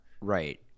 Right